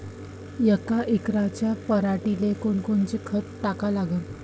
यका एकराच्या पराटीले कोनकोनचं खत टाका लागन?